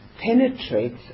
penetrates